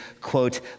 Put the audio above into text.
quote